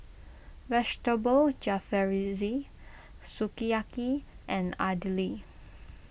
Vegetable Jalfrezi Sukiyaki and Idili